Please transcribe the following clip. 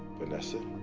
vanessa?